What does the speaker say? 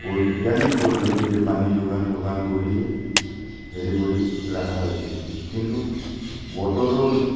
বৈজ্ঞানিক পদ্ধতিৰে পানী যোগান তোগান কৰিয়েই হেৰি কৰি ৰাখা হৈছে কিন্তু বতৰৰ